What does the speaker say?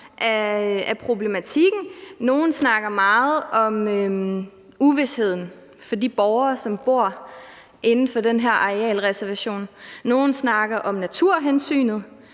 af problematikken. Nogle snakker meget om uvisheden for de borgere, som bor inden for den her arealreservation, nogle snakker om naturhensynet,